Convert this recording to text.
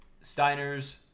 Steiner's